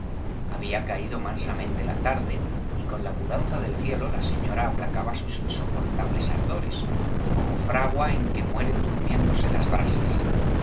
había caído mansamente la tarde y con la mudanza del cielo la señora aplacaba sus insoportables ardores como fragua en que mueren durmiéndose las brasas